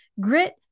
Grit